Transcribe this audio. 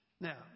Now